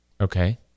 okay